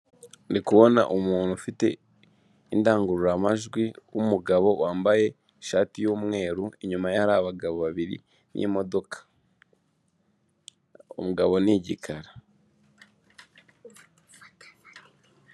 Ndi kubona umuntu ufite indangururamajwi w'umugabo wambaye ishati y'umweru, inyuma ye hari abagabo babiri, mugabo ni igikara.